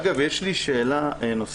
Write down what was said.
אגב, יש לי שאלה נוספת.